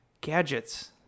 Gadgets